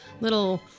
little